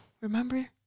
remember